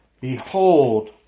Behold